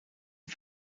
een